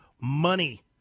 Money